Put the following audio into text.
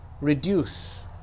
reduce